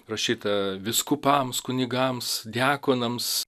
rašyta vyskupams kunigams diakonams